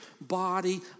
body